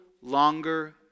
longer